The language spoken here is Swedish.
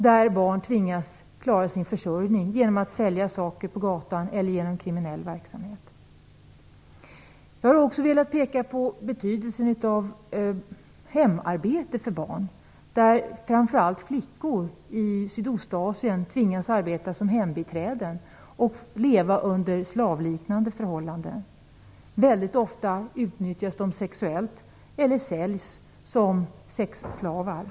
Dessa barn tvingas att klara sin försörjning genom att sälja saker på gatan eller genom kriminell verksamhet. Jag har också velat peka på betydelsen av hemarbete för barn. Framför allt flickor i Sydostasien tvingas att arbeta som hembiträden och leva under slavliknande förhållanden. De utnyttjas väldigt ofta sexuellt eller säljs som sexslavar.